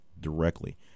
directly